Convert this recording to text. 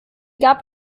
gab